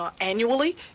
annually